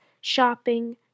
shopping